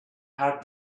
had